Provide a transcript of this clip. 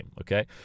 okay